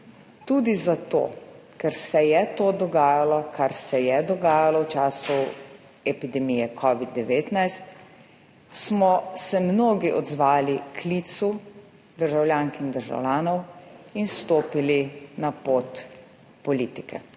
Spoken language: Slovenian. tudi zato, ker se je to dogajalo, kar se je dogajalo v času epidemije covida-19, smo se mnogi odzvali klicu državljank in državljanov in stopili na pot politike.